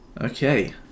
Okay